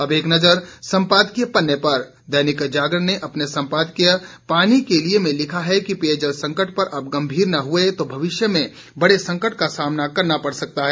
अब एक नज़र संपादकीय पन्ने पर दैनिक जागरण ने अपने सम्पादकीय पानी के लिए में लिखा है कि पेयजल संकट पर अब गंभीर न हुए तो भविष्य में बड़े संकट का सामना करना पड़ा सकता है